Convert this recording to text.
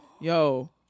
Yo